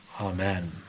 Amen